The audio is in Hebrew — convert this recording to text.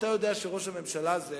אתה יודע שראש הממשלה הזה,